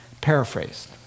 paraphrased